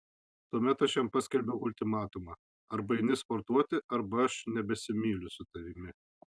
tuomet aš jam paskelbiau ultimatumą arba eini sportuoti arba aš nebesimyliu su tavimi